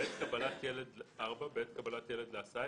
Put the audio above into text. בעת קבלת ילד להסעה,